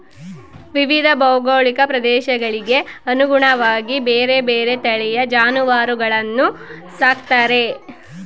ವಿವಿಧ ಭೌಗೋಳಿಕ ಪ್ರದೇಶಗಳಿಗೆ ಅನುಗುಣವಾಗಿ ಬೇರೆ ಬೇರೆ ತಳಿಯ ಜಾನುವಾರುಗಳನ್ನು ಸಾಕ್ತಾರೆ